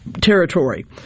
territory